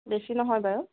বেছি নহয় বাৰু